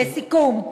לסיכום,